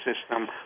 system